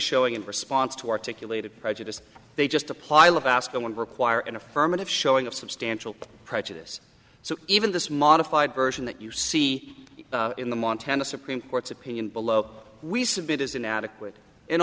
showing in response to articulated prejudice they just a pile of asking one require an affirmative showing of substantial prejudice so even this modified version that you see in the montana supreme court's opinion below we submit is inadequate and